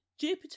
Jupiter